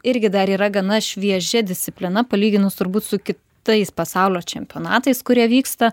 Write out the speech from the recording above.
irgi dar yra gana šviežia disciplina palyginus turbūt su kitais pasaulio čempionatais kurie vyksta